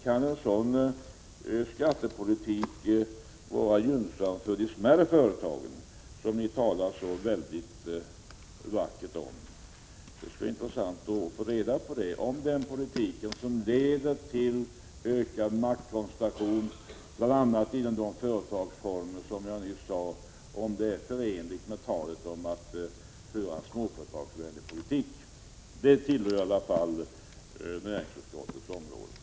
Kan en sådan skattepolitik vara gynnsam för de mindre företagen, som ni talar så vackert om? Det skulle vara intressant att få veta, om den politik som leder till ökad maktkoncentration, bl.a. inom de företagsformer som jag nyss nämnde, är förenlig med talet om att föra en småföretagsvänlig politik. Det tillhör i alla fall näringsutskottets område.